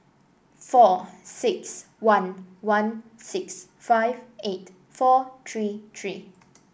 four six one one six five eight four three three